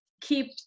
keep